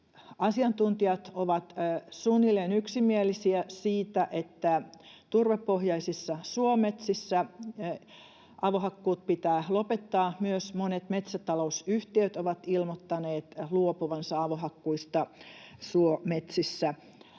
Asiantuntijat ovat suunnilleen yksimielisiä siitä, että turvepohjaisissa suometsissä avohakkuut pitää lopettaa. Myös monet metsätalousyhtiöt ovat ilmoittaneet luopuvansa avohakkuista suometsissä.